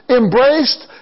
embraced